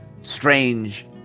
strange